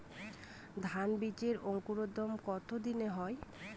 ধান বীজের অঙ্কুরোদগম কত দিনে হয়?